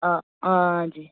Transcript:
اَ آ جی